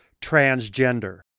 transgender